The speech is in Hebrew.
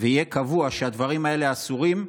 ויהיה קבוע שהדברים האלה אסורים,